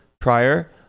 prior